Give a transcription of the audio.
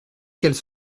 qu’elle